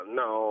no